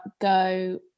go